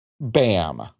Bam